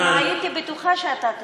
הייתי בטוחה שאתה תתייחס.